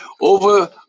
over